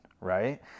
right